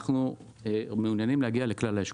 אנחנו מעוניינים להגיע לכלל האשכולות,